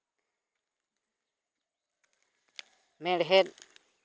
ᱢᱮᱬᱦᱮᱫ